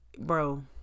bro